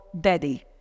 Daddy